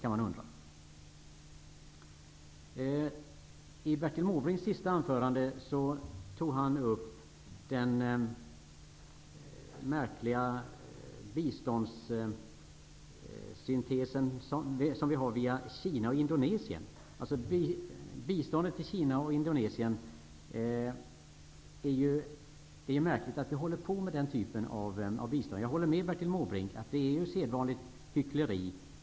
I sitt senaste anförande tog Bertil Måbrink upp den märkliga synen på biståndet till Kina och Indonesien. Det är ju märkligt att Sverige ger bistånd till dessa länder. Jag håller med Bertil Måbrink om att det är sedvanligt hyckleri.